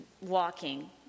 walking